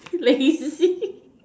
lazy